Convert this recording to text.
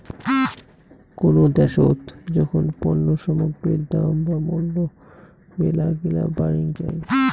কোনো দ্যাশোত যখন পণ্য সামগ্রীর দাম বা মূল্য মেলাগিলা বাড়িং যাই